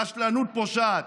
רשלנות פושעת?